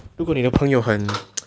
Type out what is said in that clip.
如果你的朋友很